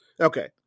Okay